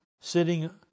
sitting